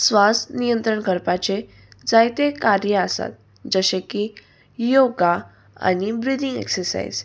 स्वास नियंत्रण करपाचे जायते कार्य आसात जशे की योगा आनी ब्रिदींग एक्सरसायज